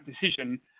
decision